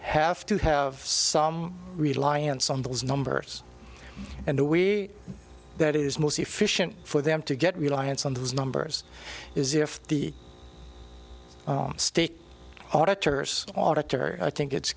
have to have some reliance on those numbers and the we that is most efficient for them to get reliance on those numbers is if the state auditors auditor i think it's